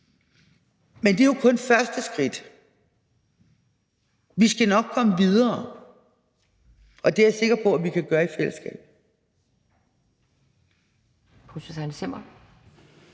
Men det er jo kun første skridt. Vi skal nok komme videre, og det er jeg sikker på at vi kan gøre i fællesskab.